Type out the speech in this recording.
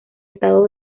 estado